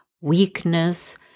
weakness